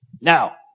Now